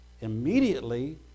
immediately